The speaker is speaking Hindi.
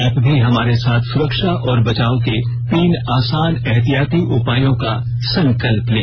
आप भी हमारे साथ सुरक्षा और बचाव के तीन आसान एहतियाती उपायों का संकल्प लें